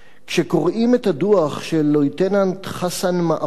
כשקוראים את הדוח של לוטננט חסן מערוף,